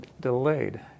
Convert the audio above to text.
delayed